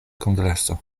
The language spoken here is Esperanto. kongreso